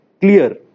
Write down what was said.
clear